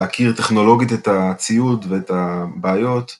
‫להכיר טכנולוגית את הציוד ‫ואת הבעיות.